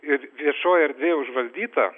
ir viešoji erdvė užvaldyta